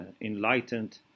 enlightened